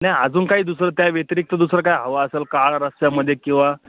नाही अजून काय दुसरं त्या व्यतिरिक्त दुसरं काय हवं असेल काळ्या रस्स्यामध्ये किंवा